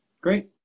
Great